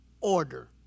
order